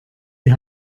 die